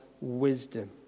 wisdom